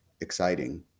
exciting